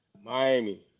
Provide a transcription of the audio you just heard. Miami